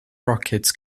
rockets